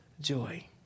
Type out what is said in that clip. joy